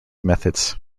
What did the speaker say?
methods